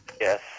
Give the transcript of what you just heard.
yes